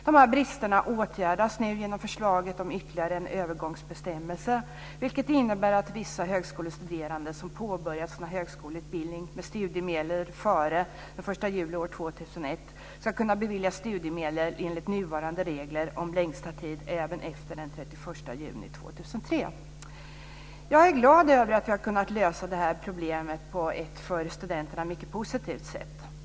Dessa brister åtgärdas nu genom förslaget om ytterligare en övergångsbestämmelse, vilket innebär att vissa högskolestuderande som påbörjat sin högskoleutbildning med studiemedel före den 1 juli år 2001 ska kunna beviljas studiemedel enligt nuvarande regler om längsta tid även efter den 31 juni 2003. Jag är glad över att vi har kunnat lösa detta problem på ett för studenterna mycket positivt sätt.